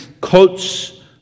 coats